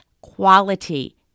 quality